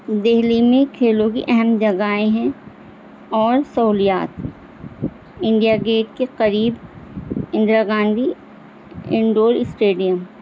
دہلی میں کھیلوں کی اہم جگاہیں ہیں اور سہولیات انڈیا گیٹ کے قریب اندرا گاندھی انڈور اسٹیڈیم